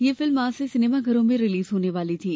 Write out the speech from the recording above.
यह फिल्म आज से सिनेमा घरों में रिलीज होने वाली थी